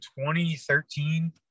2013